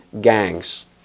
gangs